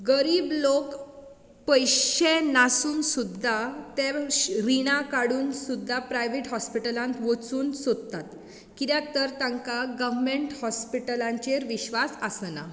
गरीब लोक पयशे नासून सुद्दां ते रिणां काडून सुद्दां ते प्राइवेट हॉस्पिटलांत वचूंक सोदतात कित्याक तर तांकां गवर्मेंट हॉस्पिटलांचेर विश्वास आसना